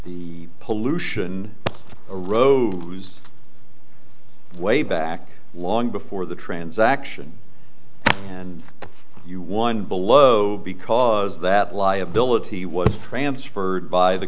the pollution a road lose way back long before the transaction you won below because that liability was transferred by the